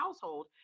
household